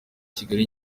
kigali